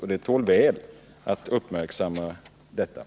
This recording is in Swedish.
Detta tål väl att uppmärksammas.